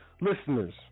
listeners